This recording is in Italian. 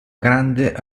grande